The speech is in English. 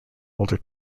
older